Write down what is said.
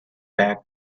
back